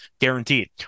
guaranteed